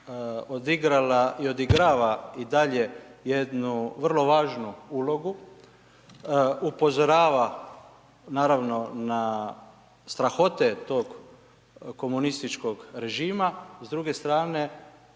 odigrava i dalje jednu vrlo važnu ulogu, upozorava, naravno, na strahote tog komunističkog režima, s druge strane